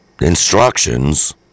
instructions